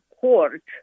court